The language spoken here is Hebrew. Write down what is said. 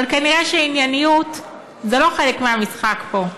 אבל כנראה ענייניות זה לא חלק מהמשחק פה.